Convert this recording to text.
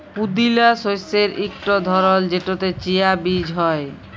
পুদিলা শস্যের ইকট ধরল যেটতে চিয়া বীজ হ্যয়